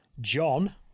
John